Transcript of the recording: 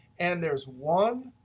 and there's one,